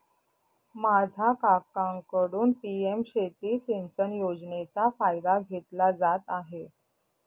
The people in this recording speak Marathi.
माझा काकांकडून पी.एम शेती सिंचन योजनेचा फायदा घेतला जात आहे